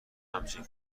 همچین